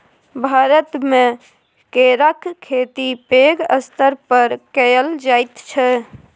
भारतमे केराक खेती पैघ स्तर पर कएल जाइत छै